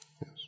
Yes